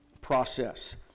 process